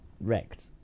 wrecked